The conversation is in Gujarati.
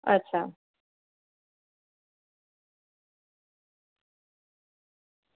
અચ્છા